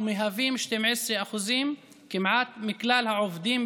ומהווים כמעט 12% מכלל העובדים,